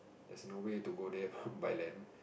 there's no way to go there by land